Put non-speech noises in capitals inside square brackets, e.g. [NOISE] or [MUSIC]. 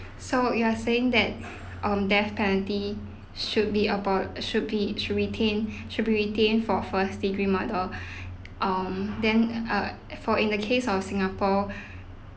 so you are saying that um death penalty should be abol~ should be should retain should be retained for first-degree murder [BREATH] um then err for in the case of singapore [BREATH]